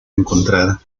encontrada